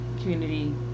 Community